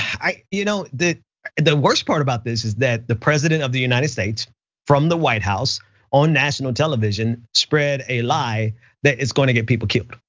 you know the the worst part about this is that the president of the united states from the white house on national television spread a lie that is going to get people killed,